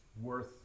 worth